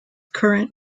current